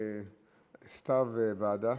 סתיו, ועדה?